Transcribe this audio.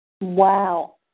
Wow